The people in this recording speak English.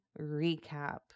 recap